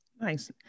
Nice